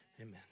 Amen